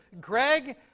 Greg